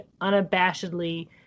unabashedly